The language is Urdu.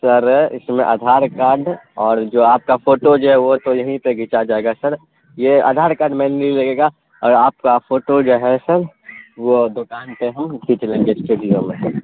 کہہ رہے اس میں ادھار کاڈ اور جو آپ کا فوٹو جو ہے وہ تو یہیں پہ کھینچا جائے گا سر یہ آدھار کاڈ مینلی لگے گا اور آپ کا فوٹو جو ہے سر وہ دکان پہ ہم کھینچ لیں گے اسٹوڈیو میں